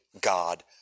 God